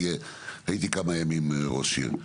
הייתי כמה ימים ראש עיר.